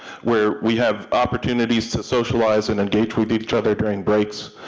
where we have opportunities to socialize and engage with each other during breaks,